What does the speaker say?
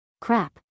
Crap